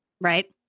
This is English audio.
Right